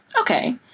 okay